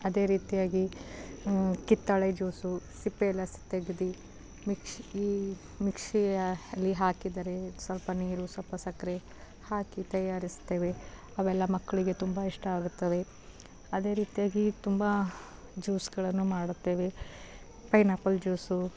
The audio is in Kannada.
ಅದೇ ರೀತಿಯಾಗಿ ಕಿತ್ತಳೆ ಜ್ಯೂಸು ಸಿಪ್ಪೆ ಎಲ್ಲ ಸ್ ತೆಗ್ದು ಮಿಕ್ಶಿ ಮಿಕ್ಶಿಯಲ್ಲಿ ಹಾಕಿದರೆ ಸ್ವಲ್ಪ ನೀರು ಸೊಪ್ಪು ಸಕ್ಕರೆ ಹಾಕಿ ತಯಾರಿಸ್ತೇವೆ ಅವೆಲ್ಲ ಮಕ್ಕಳಿಗೆ ತುಂಬ ಇಷ್ಟ ಆಗುತ್ತವೆ ಅದೇ ರೀತಿಯಾಗಿ ತುಂಬ ಜ್ಯೂಸ್ಗಳನ್ನು ಮಾಡುತ್ತೇವೆ ಪೈನಾಪಲ್ ಜ್ಯೂಸು